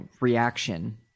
reaction